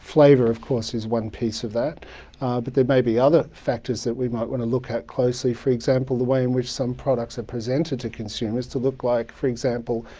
flavor, of course, is one piece of that, but there may be other factors that we might want to look at closely. for example, the way in which some products are presented to consumers to look like, for example,